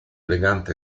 elegante